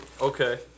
Okay